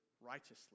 righteously